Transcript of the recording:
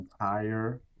entire